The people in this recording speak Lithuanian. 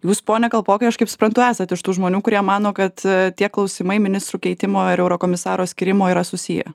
jūs pone kalpokai aš kaip suprantu esat iš tų žmonių kurie mano kad tie klausimai ministrų keitimo ar eurokomisaro skyrimo yra susiję